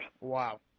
Wow